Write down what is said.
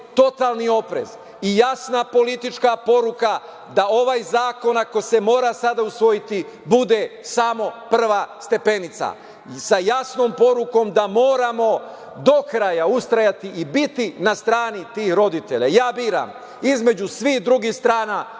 totalni oprez i jasna politička poruka da ovaj zakon, ako se mora sada usvojiti bude samo prva stepenica sa jasnom porukom da moramo do kraja ustrajati i biti na strani tih roditelja. Ja biram između svih drugih strana